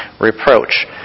reproach